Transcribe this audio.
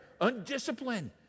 undisciplined